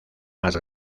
más